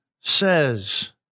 says